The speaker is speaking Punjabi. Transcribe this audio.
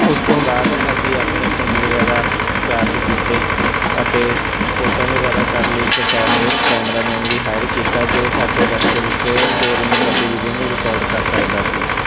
ਉਸ ਤੋਂ ਬਾਅਦ ਅਸੀਂ ਆਪਣੇ ਫੋਨ ਵਗੈਰਾ ਚਾਰਜ ਕੀਤੇ ਅਤੇ ਫੋਟੋ ਵਗੈਰਾ ਕਰਨ ਲਈ ਇੱਕ ਕੈਮਰੇ ਕੈਮਰਾਮੈਨ ਵੀ ਹਾਇਰ ਕੀਤਾ ਜੋ ਸਾਡੇ ਰਸਤੇ ਵਿੱਚ ਹੋ ਰਹੀਆਂ ਗਤੀਵਿਧੀਆਂ ਨੂੰ ਰਿਕਾਰਡ ਕਰ ਸਕਦਾ ਸੀ